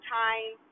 time